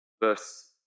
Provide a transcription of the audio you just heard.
verse